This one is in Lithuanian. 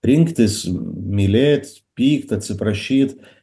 rinktis mylėt pykt atsiprašyt